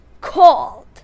called